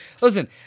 Listen